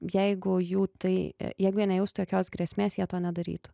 jeigu jų tai jeigu jie nejaustų jokios grėsmės jie to nedarytų